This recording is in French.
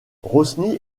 rosny